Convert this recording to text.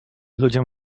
ludziom